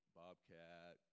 bobcat